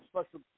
special